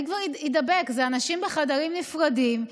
אלה אנשים בחדרים נפרדים,